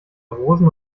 rosen